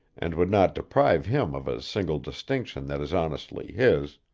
and would not deprive him of a single distinction that is honestly his.